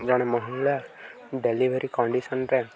ଜଣେ ମହିଳା ଡେଲିଭରି କଣ୍ଡିସନରେ